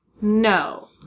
no